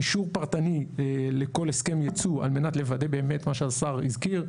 אישור פרטני לכל הסכם ייצוא על מנת לוודא באמת מה שהשר הזכיר.